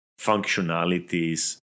functionalities